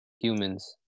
humans